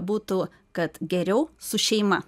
būtų kad geriau su šeima